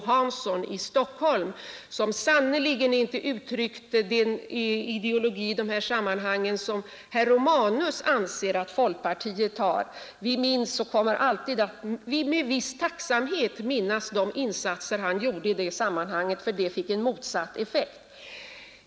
Hanson i Stockholm, som sannerligen inte uttryckte den ideologi i de här sammanhangen som herr Romanus anser att folkpartiet har. Vi minns och kommer alltid att med viss tacksamhet minnas de ”insatser” han gjorde i den här frågan för de fick en motsatt effekt.